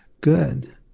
Good